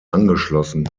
angeschlossen